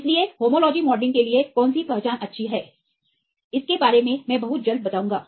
इसलिए homology modelling के लिए कौन सी पहचान अच्छी है इसके बारे में बहुत जल्द बताऊंगा